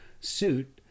suit